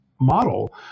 model